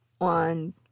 on